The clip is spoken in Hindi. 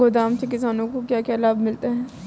गोदाम से किसानों को क्या क्या लाभ मिलता है?